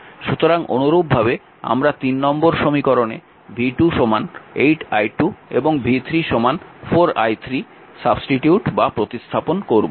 সুতরাং অনুরূপভাবে আমরা নম্বর সমীকরণে v2 8 i2 এবং v3 4 i3 প্রতিস্থাপন করব